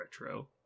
retro